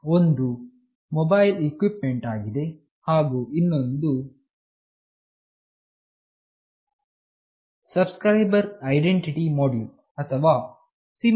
ಒಂದು mobile equipment ಆಗಿದೆ ಹಾಗು ಇನ್ನೊಂದು ಸಬ್ಸ್ಕ್ರೈಬರ್ ಐಡೆಂಟಿಟಿ ಮಾಡ್ಯೂಲ್ ಅಥವಾ SIM